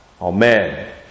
Amen